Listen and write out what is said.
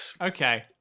Okay